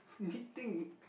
knitting